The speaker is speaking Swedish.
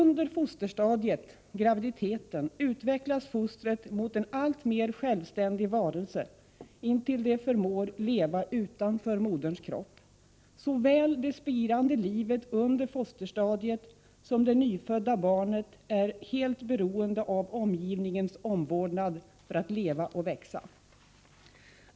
I fosterstadiet, under graviditeten, utvecklas fostret mot en alltmera självständig varelse, tills det förmår leva utanför moderns kropp. Såväl det spirande livet i fosterstadiet som det nyfödda barnet är helt beroende av omgivningens omvårdnad för att leva och växa.